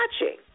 watching